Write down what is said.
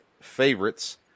favorites